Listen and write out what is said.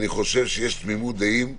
יש תמימות דעים,